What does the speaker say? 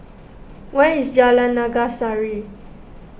where is Jalan Naga Sari